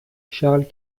charles